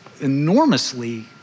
enormously